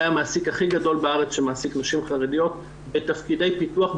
המעסיק הכי גדול בארץ שמעסיק נשים חרדיות בתפקידי פיתוח,